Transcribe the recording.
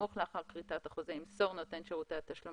בסמוך לאחר כריתת החוזה ימסור נותן שירותי התשלום